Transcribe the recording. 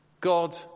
God